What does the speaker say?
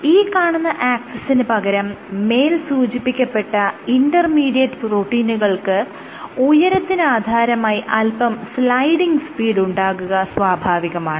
ഈ കാണുന്ന ആക്സിസ് പ്രകാരം മേൽ സൂചിപ്പിക്കപ്പെട്ട ഇന്റർ മീഡിയറ്റ് പ്രോട്ടീനുകൾക്ക് ഉയരത്തിന് ആധാരമായി അല്പം സ്ലൈഡിംഗ് സ്പീഡ് ഉണ്ടാകുക സ്വാഭാവികമാണ്